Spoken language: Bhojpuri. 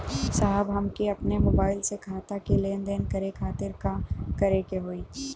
साहब हमके अपने मोबाइल से खाता के लेनदेन करे खातिर का करे के होई?